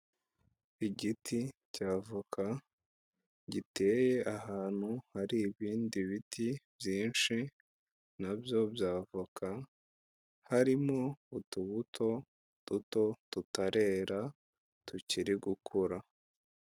Igiti cya avoka giteye ahantu hari ibindi biti byinshi na byo bya avoka, harimo utubuto duto tutarera tukiri gukura.